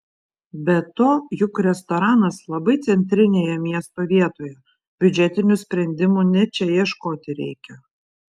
be to juk restoranas labai centrinėje miesto vietoje biudžetinių sprendimų ne čia ieškoti reikia